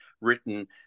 written